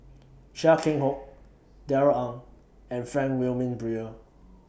Chia Keng Hock Darrell Ang and Frank Wilmin Brewer